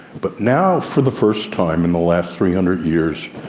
but now, for the first time, in the last three hundred years,